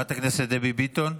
חברת הכנסת דבי ביטון,